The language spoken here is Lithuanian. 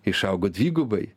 išaugo dvigubai